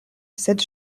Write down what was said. sed